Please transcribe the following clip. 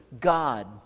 God